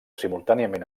simultàniament